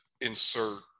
insert